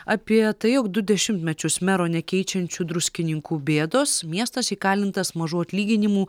apie tai jog du dešimtmečius mero nekeičiančių druskininkų bėdos miestas įkalintas mažų atlyginimų